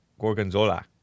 Gorgonzola